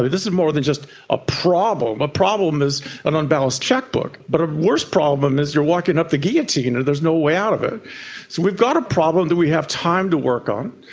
this is more than just a problem. a problem is an unbalanced cheque-book, but a worse problem is you're walking up the guillotine and there's no way out of it. so we've got a problem that we have time to work on,